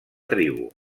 tribu